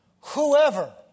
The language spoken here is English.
whoever